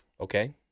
Okay